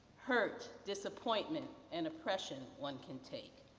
hurt, disappointment and oppression one can take.